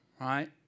right